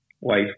wife